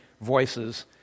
voices